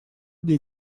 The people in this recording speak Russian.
для